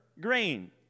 grain